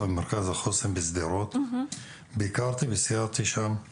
החוסן בשדרות, ביקרתי וסיירתי שם.